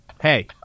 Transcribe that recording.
Hey